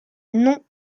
non